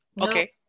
okay